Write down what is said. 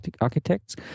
Architects